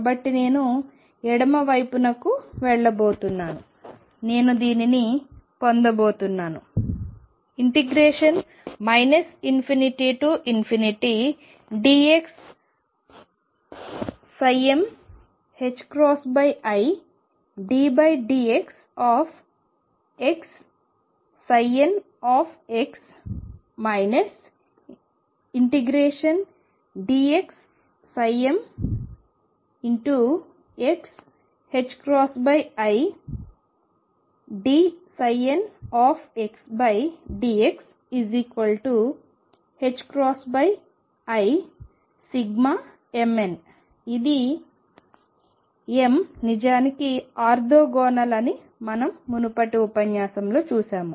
కాబట్టి నేను ఎడమ వైపునకు వెళ్లబోతున్నాను నేను దీనిని పొందబోతున్నాను ∞dx middxxn ∫dxm xi dnxdximnఇది m నిజానికి ఆర్తోగోనల్ అని మనం మునుపటి ఉపన్యాసంలో చూశాము